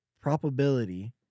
probability